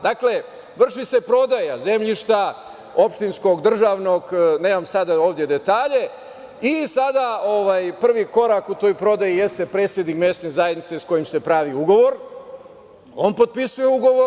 Dakle, vrši se prodaja zemljišta, opštinskog, državnog, nemam sad ovde detalje i sada prvi korak u toj prodaji jeste predsednik Mesne zajednice s kojim se pravi ugovor, on potpisuje ugovor.